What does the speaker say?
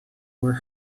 were